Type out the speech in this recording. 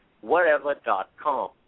whatever.com